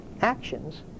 actions